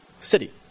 City